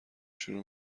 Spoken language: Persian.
شروع